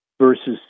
versus